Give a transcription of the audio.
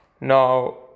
Now